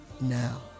now